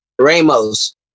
Ramos